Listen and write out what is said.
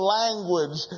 language